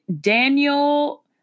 Daniel